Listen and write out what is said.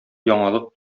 яңалык